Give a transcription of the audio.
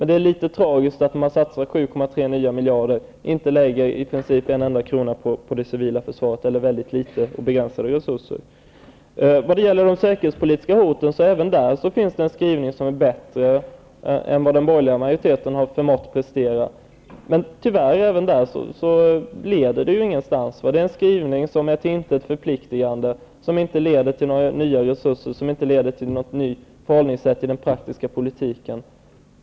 Det är litet tragiskt att man satsar 7,3 nya miljarder och i princip inte lägger någon enda krona, eller väldigt begränsade resurser, på det civila försvaret. Även när det gäller de säkerhetspolitiska hoten finns en skrivning som är bättre än den skrivning den borgerliga majoriteten har förmått prestera. Men tyvärr leder inte heller den någonstans. Det är en skrivning som är till intet förpliktigande. Den leder inte till några nya resurser eller något nytt förhållningssätt i den praktiska politiken.